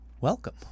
Welcome